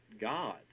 God